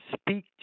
speak